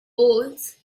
bowles